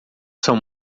são